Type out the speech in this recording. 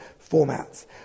formats